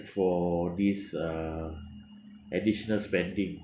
for this uh additional spending